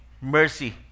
mercy